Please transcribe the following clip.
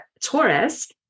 Taurus